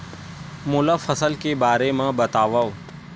मोला फसल के बारे म बतावव?